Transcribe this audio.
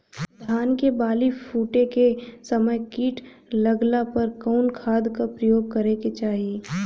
धान के बाली फूटे के समय कीट लागला पर कउन खाद क प्रयोग करे के चाही?